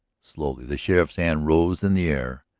slowly, the sheriff's hand rose in the air,